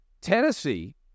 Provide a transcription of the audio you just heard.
Tennessee